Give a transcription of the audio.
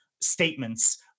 statements